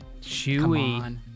Chewie